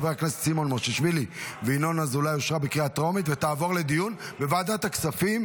לוועדה שתקבע ועדת הכנסת נתקבלה.